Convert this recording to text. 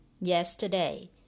Yesterday